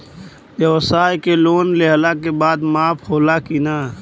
ब्यवसाय के लोन लेहला के बाद माफ़ होला की ना?